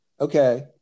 Okay